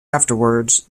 afterwards